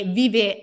vive